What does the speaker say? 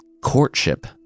courtship